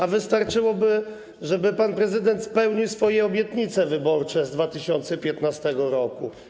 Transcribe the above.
A wystarczyłoby, żeby pan prezydent spełnił swoje obietnice wyborcze z 2015 r.